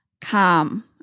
calm